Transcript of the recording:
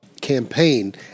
campaign